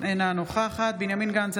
אינה נוכחת בנימין גנץ,